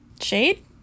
Shade